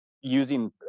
Using